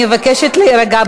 אני מבקשת להירגע.